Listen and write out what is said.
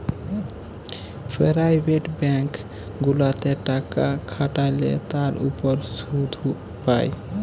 private bank গুলাতে টাকা খাটাল্যে তার উপর শুধ পাই